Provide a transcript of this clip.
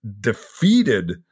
defeated